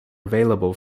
available